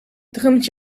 drumt